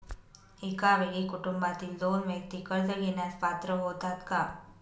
एका वेळी कुटुंबातील दोन व्यक्ती कर्ज घेण्यास पात्र होतात का?